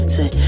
Say